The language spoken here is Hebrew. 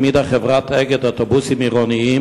העמידה חברת "אגד" אוטובוסים עירוניים,